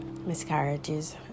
Miscarriages